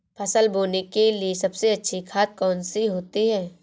फसल बोने के लिए सबसे अच्छी खाद कौन सी होती है?